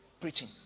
preaching